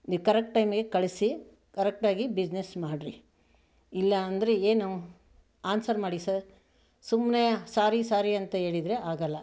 ನೀವು ಕರೆಕ್ಟ್ ಟೈಮ್ಗೆ ಕಳಿಸಿ ಕರೆಕ್ಟಾಗಿ ಬಿಸ್ನೆಸ್ ಮಾಡಿರಿ ಇಲ್ಲಾಂದ್ರೆ ಏನು ಆನ್ಸರ್ ಮಾಡಿ ಸರ್ ಸುಮ್ನೆ ಸಾರಿ ಸಾರಿ ಅಂತ ಹೇಳಿದರೆ ಆಗಲ್ಲ